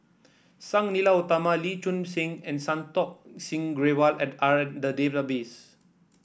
Sang Nila Utama Lee Choon Seng and Santokh Singh Grewal at are in the database